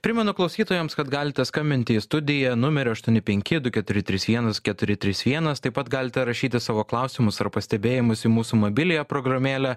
primenu klausytojams kad galite skambinti į studiją numeriu aštuoni penki du keturi trys vienas keturi trys vienas taip pat galite rašyti savo klausimus ar pastebėjimus į mūsų mobiliąją programėlę